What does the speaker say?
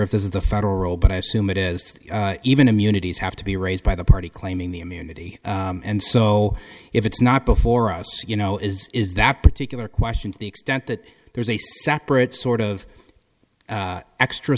if this is the federal role but i assume it is even immunities have to be raised by the party claiming the immunity and so if it's not before us you know is is that particular question to the extent that there's a separate sort of extra